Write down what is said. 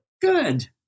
Good